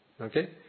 Okay